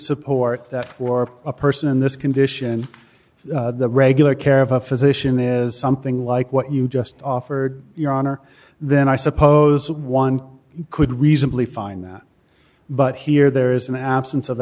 support that for a person in this condition the regular care of a physician is something like what you just offered your honor then i suppose one could reasonably find that but here there is an absence of